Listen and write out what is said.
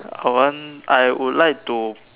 I want I would like to